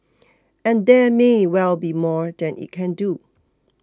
and there may well be more that it can do